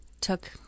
took